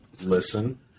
Listen